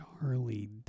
Charlie